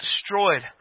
Destroyed